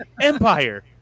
Empire